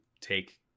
take